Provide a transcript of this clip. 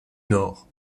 nord